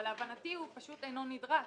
אבל להבנתי הוא פשוט אינו נדרש.